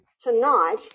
tonight